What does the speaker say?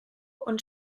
und